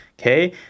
okay